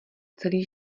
celý